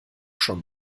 schon